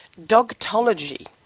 Dogtology